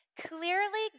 Clearly